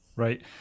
Right